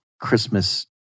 Christmas